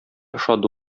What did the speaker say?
ошады